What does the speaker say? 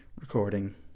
recording